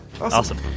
Awesome